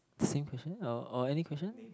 same question or or any question